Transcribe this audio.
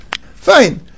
Fine